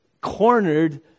cornered